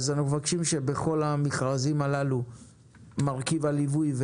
אז אנחנו מבקשים שבכל המכרזים הללו מרכיב הליווי,